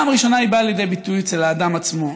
פעם ראשונה היא באה לידי ביטוי אצל האדם עצמו,